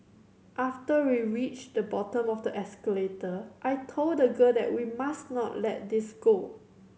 after we reached the bottom of the escalator I told the girl that we must not let this go